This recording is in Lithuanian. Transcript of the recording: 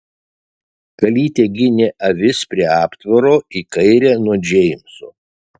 kalytė ginė avis prie aptvaro į kairę nuo džeimso